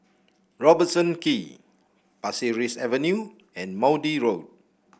Robertson Quay Pasir Ris Avenue and Maude Road